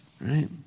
Right